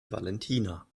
valentina